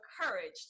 courage